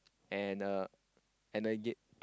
and a and a ye~